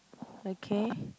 okay